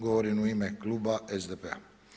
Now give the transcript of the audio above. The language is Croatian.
Govorim u ime kluba SDP-a.